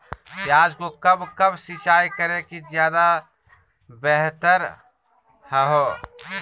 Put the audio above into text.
प्याज को कब कब सिंचाई करे कि ज्यादा व्यहतर हहो?